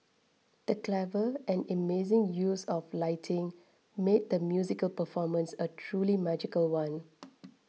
the clever and amazing use of lighting made the musical performance a truly magical one